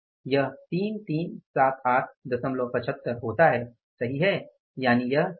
यह 337875 होता है सही है